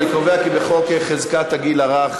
אני קובע כי בחוק חזקת הגיל הרך,